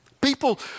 People